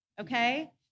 okay